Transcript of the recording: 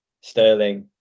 Sterling